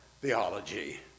theology